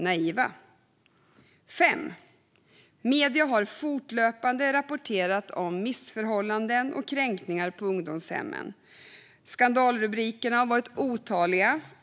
För det femte: Medierna har fortlöpande rapporterat om missförhållanden och kränkningar på ungdomshemmen. Skandalrubrikerna har varit otaliga.